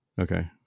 Okay